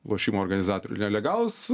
lošimo organizatorių nelegalūs